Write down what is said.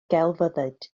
gelfyddyd